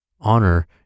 honor